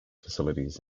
facilities